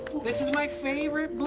this is my favorite